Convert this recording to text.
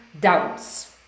doubts